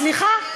סליחה,